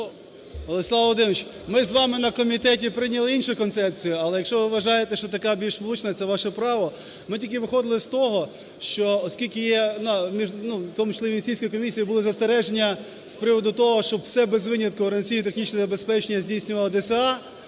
Владислав Володимирович, ми з вами на комітеті прийняли іншу концепцію. Але якщо ви вважаєте, що така більш влучна, це ваше право. Ми тільки виходили з того, що, оскільки є, у тому числі у Венеційської комісії були застереження з приводу того, щоб все без винятку організаційно-технічне забезпечення здійснювала ДСА,